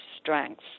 strengths